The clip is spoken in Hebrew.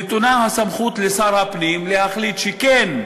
נתונה הסמכות לשר הפנים להחליט שכן,